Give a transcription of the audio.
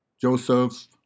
Joseph